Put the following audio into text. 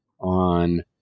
on